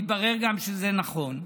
התברר גם שזה נכון.